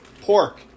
pork